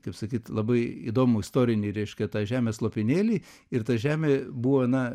kaip sakyt labai įdomų istorinį reiškia tą žemės lopinėlį ir ta žemė buvo na